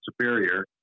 Superior